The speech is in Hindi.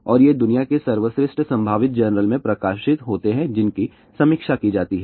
और ये दुनिया के सर्वश्रेष्ठ संभावित जर्नल में प्रकाशित होते हैं जिनकी समीक्षा की जाती है